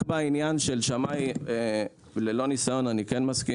לגבי העניין של שמאי ללא ניסיון אני מסכים